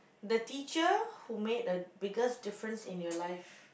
the teacher who made a biggest difference in your life